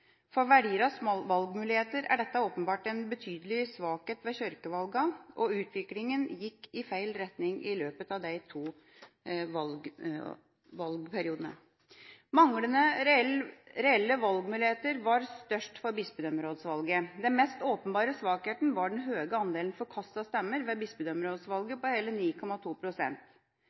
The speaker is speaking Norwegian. For velgernes valgmuligheter er dette åpenbart en betydelig svakhet ved kirkevalgene, og utviklinga gikk i feil retning i løpet av de to valgperiodene. Manglende reelle valgmuligheter var størst til bispedømmerådsvalget. Den mest åpenbare svakheten var den høye andelen forkastede stemmer ved bispedømmerådsvalget, hele